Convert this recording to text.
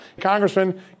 Congressman